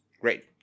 Great